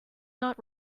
not